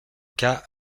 cas